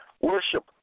Worship